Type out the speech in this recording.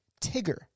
Tigger